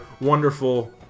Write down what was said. wonderful